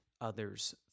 others